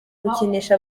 gukinisha